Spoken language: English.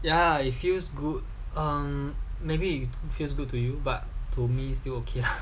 ya it feels good um maybe it feels good to you but to me still okay lah